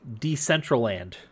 decentraland